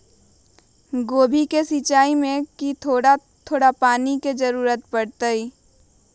गोभी के सिचाई में का थोड़ा थोड़ा पानी के जरूरत परे ला?